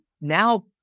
now